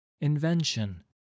invention